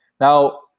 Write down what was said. Now